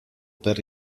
per